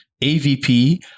AVP